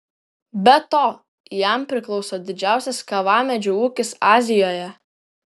be to jam priklauso didžiausias kavamedžių ūkis azijoje